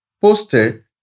posted